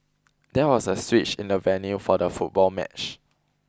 there was a switch in the venue for the football match